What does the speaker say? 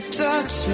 touch